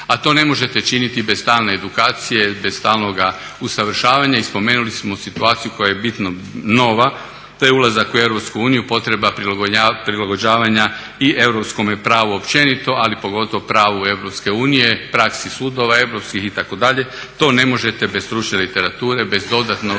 a to ne možete činiti bez stalne edukacije, bez stalnoga usavršavanja i spomenuli smo situaciju koja je bitno nova. To je ulazak u EU i potreba prilagođavanja i europskome pravu općenito, ali pogotovo pravu EU, praksi sudova europskih itd. To ne možete bez stručne literature, bez dodatnoga